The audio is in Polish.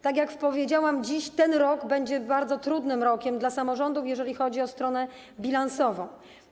Tak jak powiedziałam dziś, ten rok będzie bardzo trudnym rokiem dla samorządów, jeżeli chodzi o stronę bilansową.